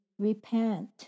Repent